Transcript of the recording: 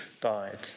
died